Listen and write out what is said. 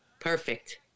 Perfect